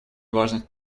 важность